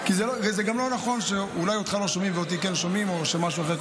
וזה גם לא נכון שאולי אותך לא שומעים ואותי כן שומעים או משהו אחר,